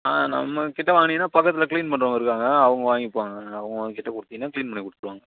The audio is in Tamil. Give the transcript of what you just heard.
ஆ நம்ம கிட்டே வாங்கினீங்கன்னா பக்கத்தில் க்ளீன் பண்ணுறவங்க இருக்காங்க அவங்க வாங்கிப்பாங்க அவங்க கிட்டே கொடுத்தீங்கன்னா க்ளீன் பண்ணி கொடுத்துருவாங்க